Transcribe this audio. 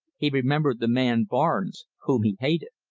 he remembered the man barnes, whom he hated.